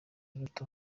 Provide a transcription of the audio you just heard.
ruto